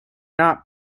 not